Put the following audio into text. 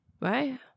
Right